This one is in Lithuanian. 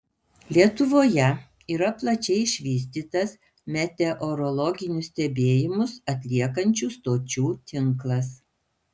lietuvoje yra plačiai išvystytas meteorologinius stebėjimus atliekančių stočių tinklas